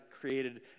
created